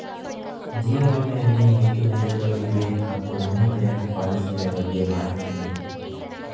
ಜೀವ ವಿಮೆ ಯಲ್ಲಿ ಎಷ್ಟು ವಿಧಗಳು ಇವೆ ಮತ್ತು ಮನಿ ಬ್ಯಾಕ್ ಪಾಲಿಸಿ ಯ ಬಗ್ಗೆ ಮಾಹಿತಿ ನೀಡಿ?